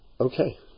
Okay